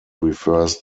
refers